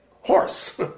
horse